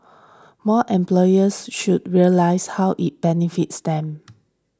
more employers should realise how it benefits them